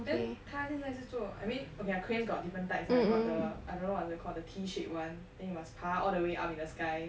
then 他现在是做 I mean okay crane got different types got the I don't know what is it called the T shape one then you must 爬 all the way up in the sky